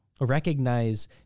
recognize